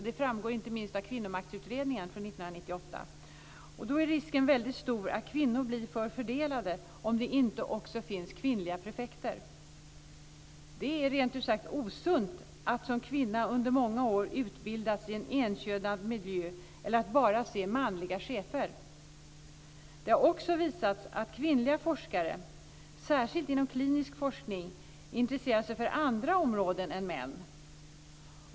Det framgår inte minst av Kvinnomaktsutredningen från 1998. Då är risken väldigt stor att kvinnor blir förfördelade om det inte också finns kvinnliga prefekter. Det är rent ut sagt osunt att som kvinna under många utbildas i en enkönad miljö eller att bara se manliga chefer. Det har också visats att kvinnliga forskare, särskilt inom klinisk forskning, intresserar sig för andra områden än män.